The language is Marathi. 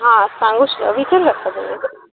हां सांगू श विचारू शकता तुम्ही